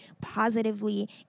positively